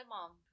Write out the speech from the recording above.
Mom